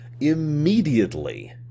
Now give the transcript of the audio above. immediately